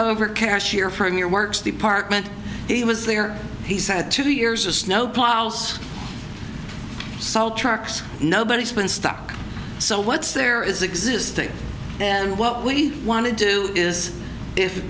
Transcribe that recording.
over kashmir from your works department he was there he said two years of snow plows salt trucks nobody has been stuck so what's there is existing and what we want to do is if